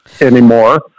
anymore